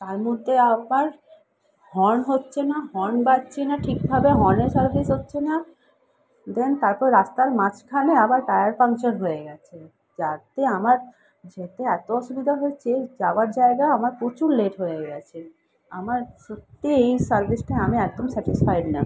তার মধ্যে আবার হর্ন হচ্ছে না হর্ন বাজছে না ঠিকভাবে হর্নে সার্ভিস হচ্ছে না দেন তারপর রাস্তার মাঝখানে আবার টায়ার পাংচার হয়ে গিয়েছে যাতে আমার যেতে এত অসুবিধা হচ্ছে যাওয়ার জায়গায় আমার প্রচুর লেট হয়ে গিয়েছে আমার সত্যি এই সার্ভিসটা আমি একদম স্যাটিসফায়েড না